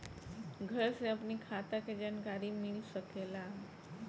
घर से अपनी खाता के जानकारी मिल सकेला?